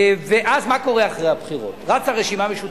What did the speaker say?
ומה קורה אחרי הבחירות, רצה רשימה משותפת,